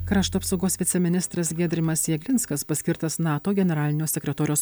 krašto apsaugos viceministras giedrimas jeglinskas paskirtas nato generalinio sekretoriaus